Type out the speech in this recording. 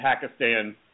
Pakistan